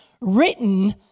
written